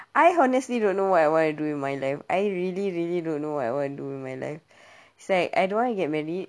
I honestly don't know what I wanna do with my life I really really don't know what I want to do with my life it's like I don't want to get married